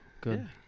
good